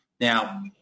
Now